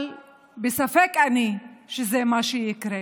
אבל בספק אני שזה מה שיקרה